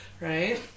Right